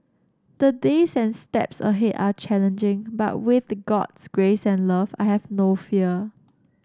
the days and steps ahead are challenging but with God's grace and love I have no fear